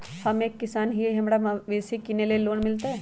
हम एक किसान हिए हमरा मवेसी किनैले लोन मिलतै?